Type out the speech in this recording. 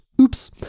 oops